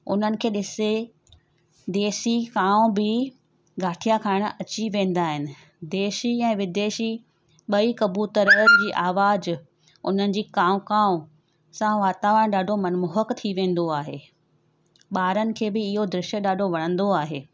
उन्हनि खे ॾिसी देसी कांव भी गाठिया खाइण अची वेंदा आहिनि देशी ऐं विदेशी ॿई कबुतर जी आवाज़ उन जी कांव कांव सां वातावरणु ॾाढो मनमोहक थी वेंदो आहे ॿारनि खे बि इहो दृष्य ॾाढो वणंदो आहे